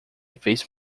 fez